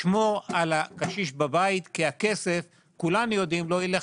לשמור על הקשיש בבית כי הכסף לא ילך